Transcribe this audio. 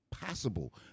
possible